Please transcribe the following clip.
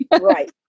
right